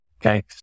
Okay